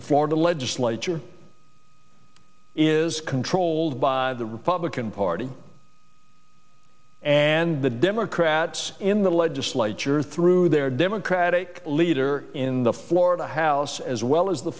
florida legislature is controlled by the republican party and the democrats in the legislature through their democratic leader in the florida house as well as the